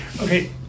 Okay